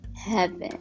heaven